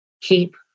keep